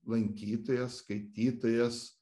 lankytojas skaitytojas